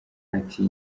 ati